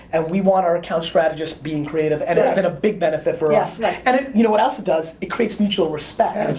and we want our account strategists being creative, and that's been a big benefit for us. and, and you know what else it does, it creates mutual respect.